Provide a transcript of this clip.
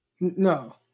No